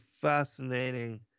fascinating